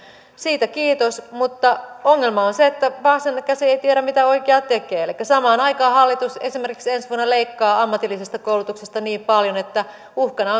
siitä kiitos mutta ongelma on se että vasen käsi ei tiedä mitä oikea tekee elikkä samaan aikaan hallitus esimerkiksi ensi vuonna leikkaa ammatillisesta koulutuksesta niin paljon että uhkana